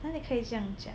哪里可以这样讲